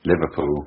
Liverpool